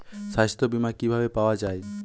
সাস্থ্য বিমা কি ভাবে পাওয়া যায়?